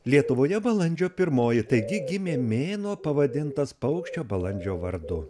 lietuvoje balandžio pirmoji taigi gimė mėnuo pavadintas paukščio balandžio vardu